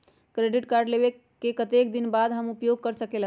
Credit card लेबे के कतेक दिन बाद हम उपयोग कर सकेला?